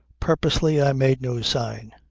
purposely i made no sign.